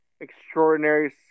extraordinary